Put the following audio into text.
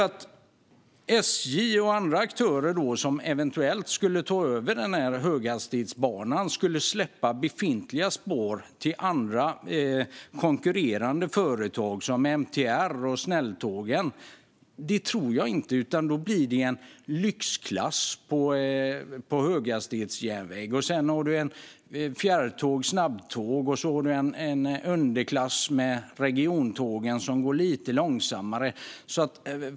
Att SJ och andra aktörer som eventuellt skulle ta över höghastighetsbanan skulle släppa befintliga spår till konkurrerande företag som MTR och Snälltåget är nog inte troligt, utan det blir alltså en lyxklass på höghastighetsjärnvägen. Sedan har man fjärrtåg och snabbtåg, och så en underklass med de lite långsammare regiontågen.